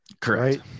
correct